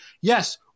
yes